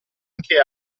anche